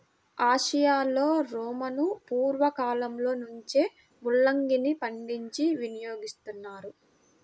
ఆసియాలో రోమను పూర్వ కాలంలో నుంచే ముల్లంగిని పండించి వినియోగిస్తున్నారు